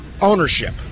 ownership